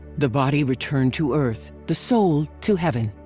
the body returned to earth, the soul to heaven.